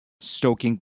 stoking